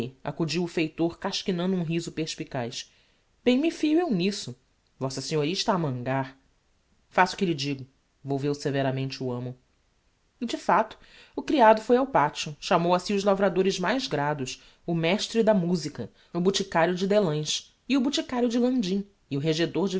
acudiu o feitor casquinando um riso perspicaz bem me fio eu n'isso v s a está a mangar faça o que lhe digo volveu severamente o amo e de facto o criado foi ao pateo chamou a si os lavradores mais grados o mestre da musica o boticario de délães e o boticario de landim e o regedor